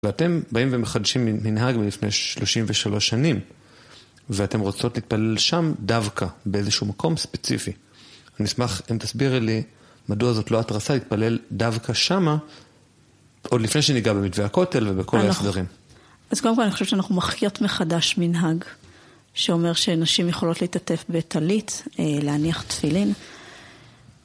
ואתם באים ומחדשים מנהג מלפני 33 שנים, ואתם רוצות להתפלל שם דווקא באיזשהו מקום ספציפי. אני אשמח אם תסבירי לי מדוע זאת לא התרסה להתפלל דווקא שמה עוד לפני שניגע במתווה הכותל ובכל האחרים. אז קודם כל אני חושבת שאנחנו מחיות מחדש מנהג שאומר שנשים יכולות להתעטף בטלית, להניח תפילין...